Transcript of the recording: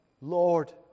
Lord